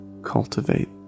cultivate